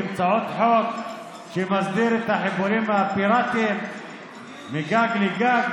באמצעות חוק שמסדיר את החיבורים הפיראטיים מגג לגג,